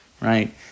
Right